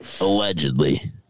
Allegedly